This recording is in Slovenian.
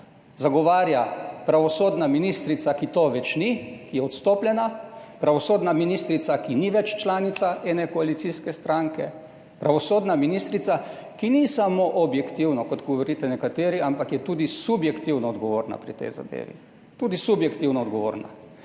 zagovarja pravosodna ministrica, ki to več ni, ki je odstopljena, pravosodna ministrica, ki ni več članica ene koalicijske stranke, pravosodna ministrica, ki ni samo objektivno, kot govorite nekateri, ampak je tudi subjektivno odgovorna pri tej zadevi. Tudi subjektivno odgovorna.